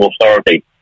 authority